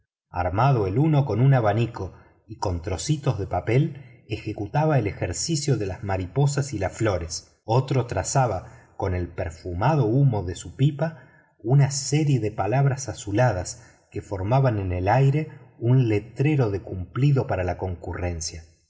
nado el uno con un abanico y con trocitos de papel ejecutaba el ejercicio de las mariposas y las flores otro trazaba con el perfumado humo de su pipa una serie de palabras azuladas que formaban en el aire un letrero de cumplido para la concurrencia